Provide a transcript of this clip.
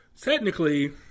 technically